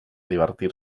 divertir